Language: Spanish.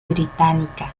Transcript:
británica